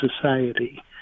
society